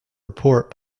report